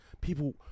people